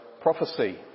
prophecy